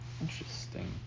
Interesting